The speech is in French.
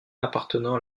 appartenant